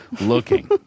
looking